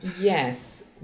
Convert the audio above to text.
yes